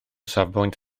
safbwynt